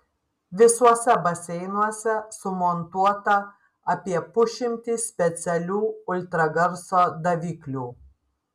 visuose baseinuose sumontuota apie pusšimtis specialių ultragarso daviklių